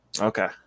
Okay